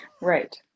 right